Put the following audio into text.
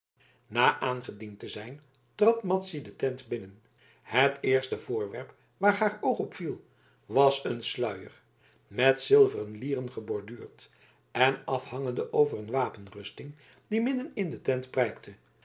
na aangediend te zijn trad madzy de tent binnen het eerste voorwerp waar haar oog op viel was een sluier met zilveren lieren geborduurd en afhangende over een wapenrusting die midden in de tent prijkte